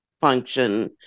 function